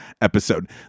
episode